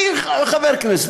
אני חבר כנסת,